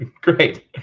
Great